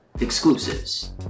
Exclusives